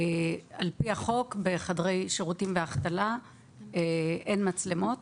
על פי החוק, בחדרי שירותים והחתלה אין מצלמות,